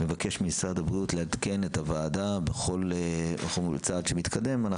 אני מבקש ממשרד הבריאות לעדכן את הוועדה בכל צעד שמתקדם,